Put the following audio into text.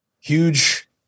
huge